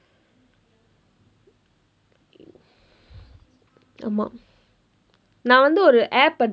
ஆமா நான் வந்து ஒரு:aamaa naan vandthu oru app-ae